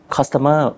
Customer